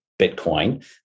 Bitcoin